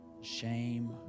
shame